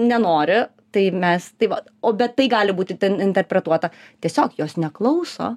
nenori tai mes tai vat o bet tai gali būti ten interpretuota tiesiog jos neklauso